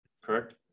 correct